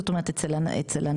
זאת אומרת אצל הנשיא,